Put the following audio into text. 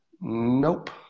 Nope